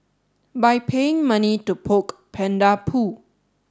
by paying money to poke panda poo